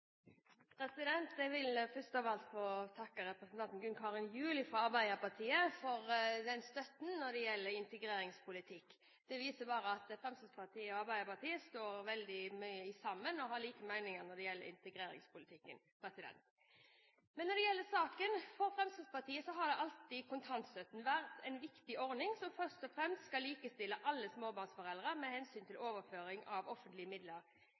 tid. Jeg vil først av alt få takke representanten Gunn Karin Gjul fra Arbeiderpartiet for støtten når det gjelder integreringspolitikken. Det viser bare at Fremskrittspartiet og Arbeiderpartiet står veldig mye sammen og har like meninger om integreringspolitikken. Så til saken: For Fremskrittspartiet har kontantstøtten alltid vært en viktig ordning, som først og fremst skal likestille alle småbarnsforeldre med hensyn til overføringer av offentlige midler